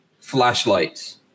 flashlights